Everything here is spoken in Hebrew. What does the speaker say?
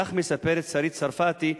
כך מספרת שרית צרפתי,